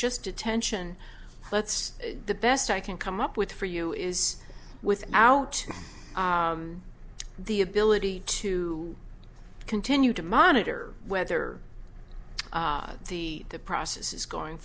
just detention let's the best i can come up with for you is without the ability to continue to monitor whether the the process is going